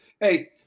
Hey